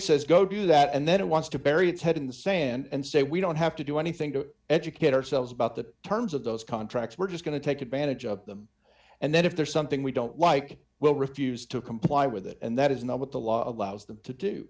says go do that and then it wants to bury its head in the sand and say we don't have to do anything to educate ourselves about the terms of those contracts we're just going to take advantage of them and then if there's something we don't like will refuse to comply with it and that is not what the law allows them to do